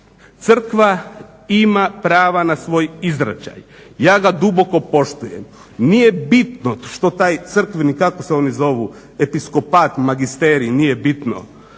crkva ima prava na svoj izričaj, ja ga duboko poštujem. Nije bitno što taj crkveni, kako se oni zovi episkopat, magisterij, nije bitno.